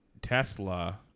Tesla